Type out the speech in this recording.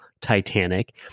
Titanic